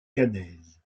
caennaise